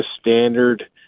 standard